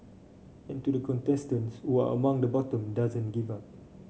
and to the contestants who are among the bottom doesn't give up